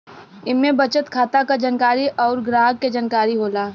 इम्मे बचत खाता क जानकारी अउर ग्राहक के जानकारी होला